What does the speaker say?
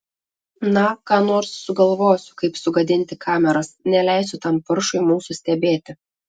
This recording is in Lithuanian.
na ką nors sugalvosiu kaip sugadinti kameras neleisiu tam paršui mūsų stebėti